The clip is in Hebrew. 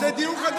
זה דיון חדש.